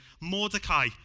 Mordecai